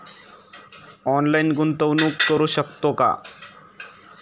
Online गुंतवणूक करू शकतो का?